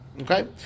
Okay